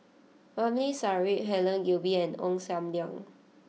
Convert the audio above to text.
Ramli Sarip Helen Gilbey and Ong Sam Leong